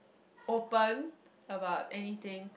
open about anything